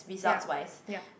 ya ya